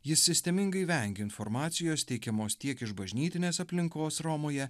jis sistemingai vengia informacijos teikiamos tiek iš bažnytinės aplinkos romoje